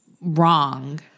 wrong